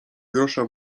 grosza